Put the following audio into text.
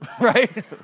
Right